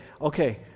okay